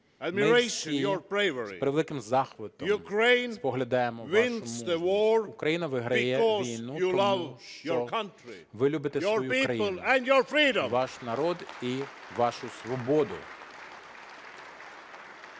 Ми всі з превеликим захватом споглядаємо вашу мужність. Україна виграє війну тому, що ви любите свою країну, ваш народ і вашу свободу.